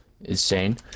Insane